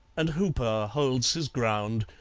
and hooper holds his ground,